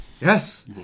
yes